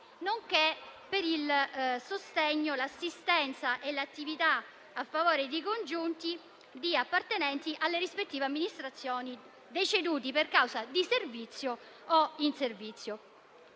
nonché per il sostegno, l'assistenza e l'attività a favore dei congiunti di appartenenti alle rispettive amministrazioni, deceduti per causa di servizio o in servizio.